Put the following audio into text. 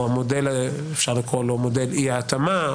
או אפשר לקרוא לו "מודל אי-ההתאמה",